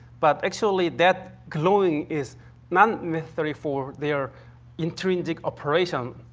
but, actually that glowing is not necessary for their intrinsic operation,